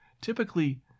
Typically